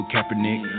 Kaepernick